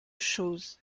chose